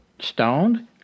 stoned